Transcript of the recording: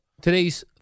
Today's